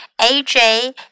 AJ